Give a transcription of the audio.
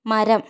മരം